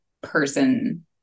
person